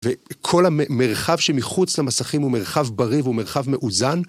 וכל המרחב שמחוץ למסכים הוא מרחב בריא והוא מרחב מאוזן.